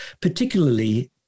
particularly